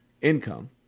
income